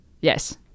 Yes